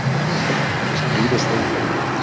i don't care. just do this thing for me.